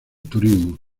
turismo